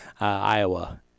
Iowa